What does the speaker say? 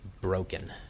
broken